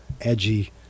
edgy